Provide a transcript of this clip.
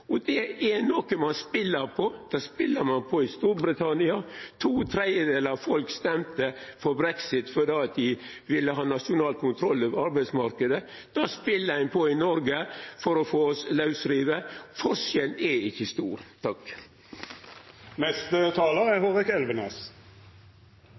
Det er noko ein spelar på – det spelar ein på i Storbritannia, der to tredjedelar av folk stemte for brexit fordi dei ville ha nasjonal kontroll over arbeidsmarknaden. Det spelar ein på i Noreg for å få oss lausrivne. Forskjellen er ikkje stor.